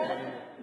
לימור אני אומר,